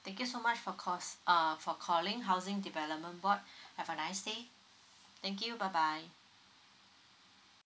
thank you so much for cause uh for calling housing development board have a nice day thank you bye bye